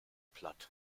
platt